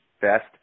best